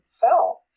fell